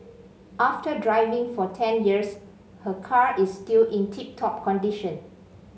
after driving for ten years her car is still in tip top condition